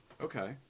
Okay